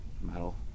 metal